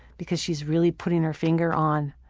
because she's really putting her finger on